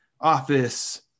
office